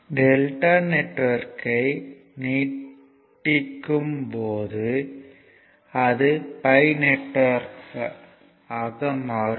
Δ network ஐ நீட்டிக்கும் போது அது π நெட்வொர்க் ஆக மாறும்